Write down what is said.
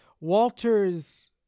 Walter's